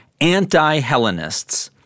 anti-Hellenists